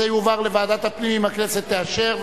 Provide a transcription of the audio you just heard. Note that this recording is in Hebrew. זה יועבר לוועדת הפנים, אם הכנסת תאשר.